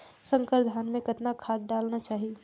संकर धान मे कतना खाद डालना चाही?